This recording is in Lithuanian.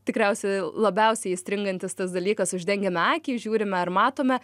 tikriausiai labiausiai įstringantis tas dalykas uždengiame akį žiūrime ar matome